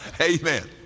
Amen